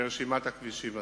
ברשימת הכבישים הזאת.